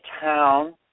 town